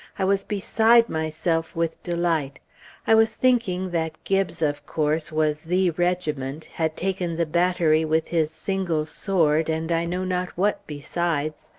i was beside myself with delight i was thinking that gibbes, of course, was the regiment, had taken the battery with his single sword, and i know not what besides.